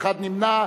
ואחד נמנע,